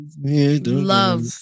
love